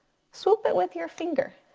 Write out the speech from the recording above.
swoop it with your finger.